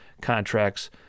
contracts